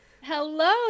Hello